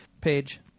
page